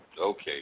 Okay